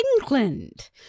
England